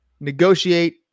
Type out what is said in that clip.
negotiate